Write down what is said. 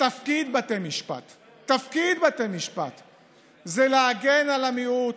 תפקיד בתי המשפט זה להגן על המיעוט,